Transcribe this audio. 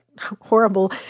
horrible